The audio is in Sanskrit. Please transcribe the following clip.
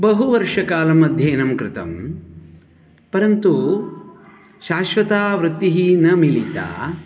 बहुवर्षकालम् अध्ययनं कृतं परन्तु शाश्वता वृत्तिः न मिलिता